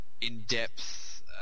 in-depth